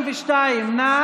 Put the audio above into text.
22. נא